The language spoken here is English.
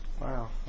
Wow